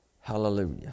Hallelujah